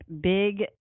Big